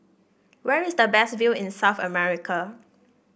where is the best view in South America